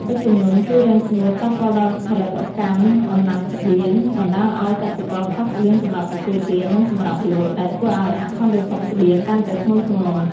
ទឹកជំនន់ គ្រោះរាំងស្ងួត ប៉ះពាល់ដល់ផលិតកម្មដំណាំស្បៀង បណ្តាលឱ្យកសិករខ្វះស្បៀងសម្រាប់ទទួលទាន និងសម្រាប់លក់ ដែលធ្វើឱ្យអសន្តិសុខស្បៀងកាន់តែធ្ងន់ធ្ងរ។